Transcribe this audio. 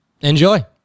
enjoy